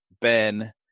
Ben